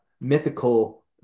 mythical